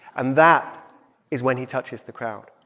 and that is when he touches the crowd